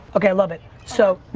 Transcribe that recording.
okay, i love it. so,